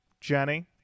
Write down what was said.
Jenny